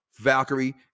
Valkyrie